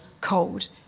cold